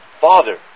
Father